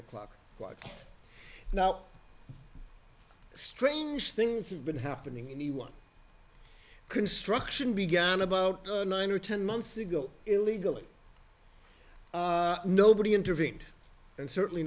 o'clock watch now strange things have been happening anyone construction began about nine or ten months ago illegally nobody intervened and certainly